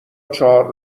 چهار